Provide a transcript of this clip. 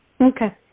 Okay